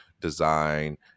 design